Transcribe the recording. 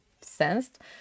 sensed